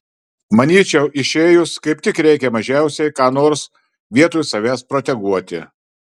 manyčiau išėjus kaip tik reikia mažiausiai ką nors vietoj savęs proteguoti